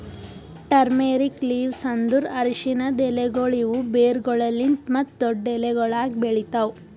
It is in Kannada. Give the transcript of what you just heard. ಟರ್ಮೇರಿಕ್ ಲೀವ್ಸ್ ಅಂದುರ್ ಅರಶಿನದ್ ಎಲೆಗೊಳ್ ಇವು ಬೇರುಗೊಳಲಿಂತ್ ಮತ್ತ ದೊಡ್ಡು ಎಲಿಗೊಳ್ ಆಗಿ ಬೆಳಿತಾವ್